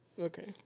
Okay